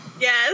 yes